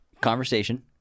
Conversation